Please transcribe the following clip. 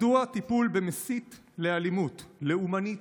מדוע טיפול במסית לאלימות לאומנית